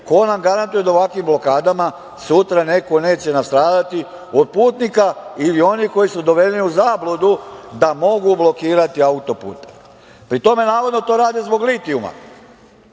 Ko nam garantuje da u ovakvim blokadama sutra neko neće nastradati od putnika koji su dovedeni u zabludu da mogu blokirati autoput? Pri tome to navodno to rade zbog litijuma.